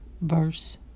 verse